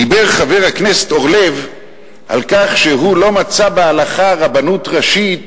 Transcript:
דיבר חבר הכנסת אורלב על כך שהוא לא מצא בהלכה רבנות ראשית